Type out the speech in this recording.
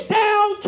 down